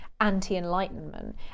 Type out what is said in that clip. anti-enlightenment